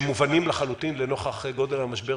מובנים,